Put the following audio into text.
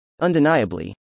Undeniably